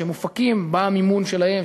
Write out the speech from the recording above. שמופקים במימון שלהם,